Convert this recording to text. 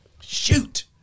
shoot